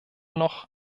noch